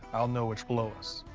i'll know what's below us.